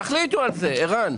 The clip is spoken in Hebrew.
תחליטו על זה, ערן.